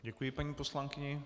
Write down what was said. Děkuji paní poslankyni.